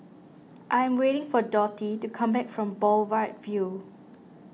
I am waiting for Dotty to come back from Boulevard Vue